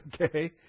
Okay